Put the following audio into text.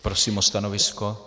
Prosím o stanovisko.